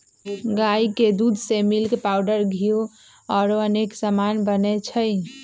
गाई के दूध से मिल्क पाउडर घीउ औरो अनेक समान बनै छइ